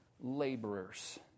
laborers